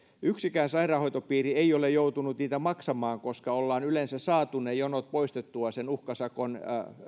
yksikään sairaanhoitopiiri ei ole joutunut niitä maksamaan koska ollaan yleensä saatu ne jonot poistettua sen uhkasakon